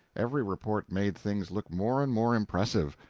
every report made things look more and more impressive.